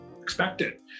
expected